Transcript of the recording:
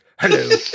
Hello